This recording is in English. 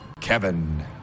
kevin